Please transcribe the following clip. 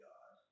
God